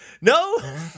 No